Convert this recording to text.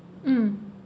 mm